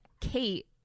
Kate